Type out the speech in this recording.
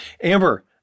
Amber